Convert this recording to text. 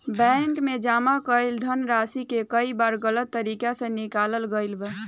bank में जमा कईल धनराशि के कई बार गलत तरीका से निकालल गईल बा